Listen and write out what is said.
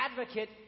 advocate